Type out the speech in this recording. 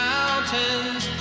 Mountains